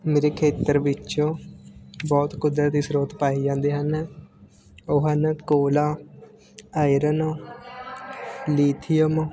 ਮੇਰੇ ਖੇਤਰ ਵਿੱਚ ਬਹੁਤ ਕੁਦਰਤੀ ਸਰੋਤ ਪਾਏ ਜਾਂਦੇ ਹਨ ਉਹ ਹਨ ਕੋਲਾ ਆਇਰਨ ਲੀਥੀਅਮ